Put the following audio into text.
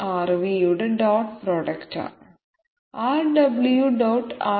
Rv യുടെ dot product ആണ് Rw